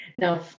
Now